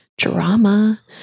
Drama